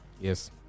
Yes